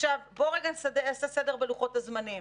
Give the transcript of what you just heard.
עכשיו, בוא רגע נעשה סדר בלוחות הזמנים.